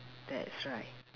that's right